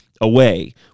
away